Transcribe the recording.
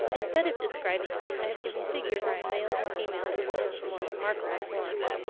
instead of describing them, i have given figures of the males and females of some of the more remarkable forms.